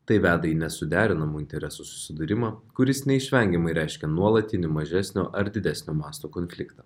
tai veda į nesuderinamų interesų susidūrimą kuris neišvengiamai reiškia nuolatinį mažesnio ar didesnio masto konfliktą